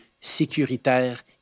sécuritaire